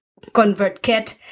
ConvertKit